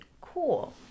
Cool